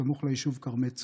סמוך ליישוב כרמי צור.